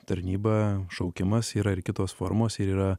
tarnyba šaukimas yra ir kitos formos ir yra